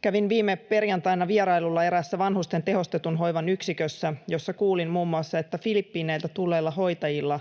Kävin viime perjantaina vierailulla eräässä vanhusten tehostetun hoivan yksikössä, jossa kuulin muun muassa, että Filippiineiltä tulleilla hoitajilla,